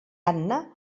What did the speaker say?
anna